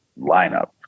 lineup